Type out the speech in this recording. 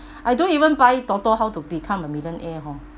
I don't even buy toto how to become a millionaire hor